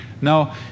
Now